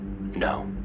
No